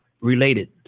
related